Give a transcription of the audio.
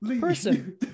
person